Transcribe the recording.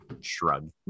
Shrug